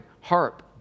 harp